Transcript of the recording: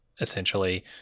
essentially